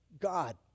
God